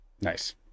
Nice